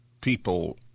people